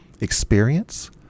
Experience